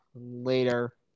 Later